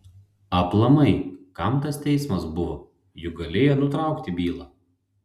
aplamai kam tas teismas buvo juk galėjo nutraukti bylą